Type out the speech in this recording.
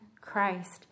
Christ